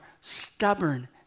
stubborn